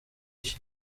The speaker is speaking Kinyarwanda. iki